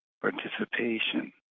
participation